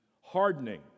Hardening